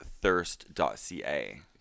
thirst.ca